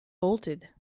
bolted